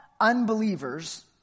unbelievers